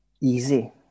easy